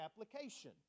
application